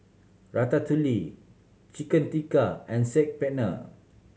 Ratatouille Chicken Tikka and Saag Paneer